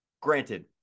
granted